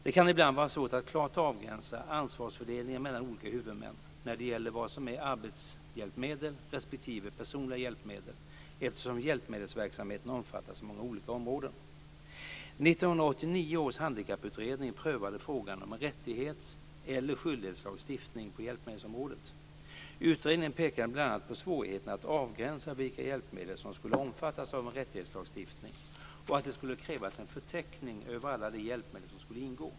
Det kan ibland vara svårt att klart avgränsa ansvarsfördelningen mellan olika huvudmän när det gäller vad som är arbetshjälpmedel respektive personliga hjälpmedel, eftersom hjälpmedelsverksamheten omfattar så många olika områden. 1989 års handikapputredning prövade frågan om en rättighets eller skyldighetslagstiftning på hjälpmedelsområdet. Utredningen pekade bl.a. på svårigheterna att avgränsa vilka hjälpmedel som skulle omfattas av en rättighetslagstiftning och att det skulle krävas en förteckning över alla de hjälpmedel som skulle ingå.